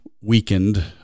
weakened